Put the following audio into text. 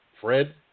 Fred